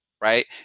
Right